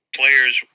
players